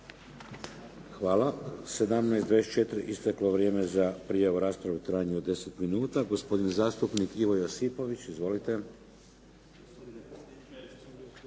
Hvala. U 17,24 isteklo vrijeme za prijavu rasprave u trajanju od 10 minuta. Gospodin zastupnik Ivo Josipović. Izvolite.